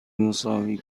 مساوی